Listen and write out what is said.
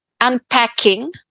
unpacking